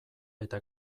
eta